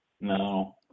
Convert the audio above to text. No